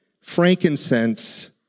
frankincense